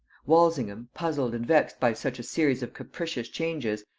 walsingham, puzzled and vexed by such a series of capricious changes,